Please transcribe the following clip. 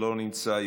לא נמצא,